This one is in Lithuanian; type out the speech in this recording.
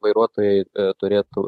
vairuotojai turėtų